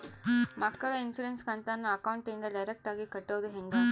ಮಕ್ಕಳ ಇನ್ಸುರೆನ್ಸ್ ಕಂತನ್ನ ಅಕೌಂಟಿಂದ ಡೈರೆಕ್ಟಾಗಿ ಕಟ್ಟೋದು ಹೆಂಗ?